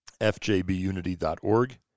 fjbunity.org